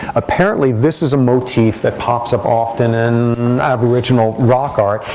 apparently, this is a motif that pops up often in aboriginal rock art.